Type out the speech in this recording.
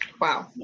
Wow